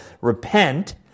Repent